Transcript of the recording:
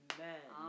Amen